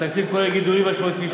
התקציב כולל גידולים משמעותיים,